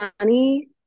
money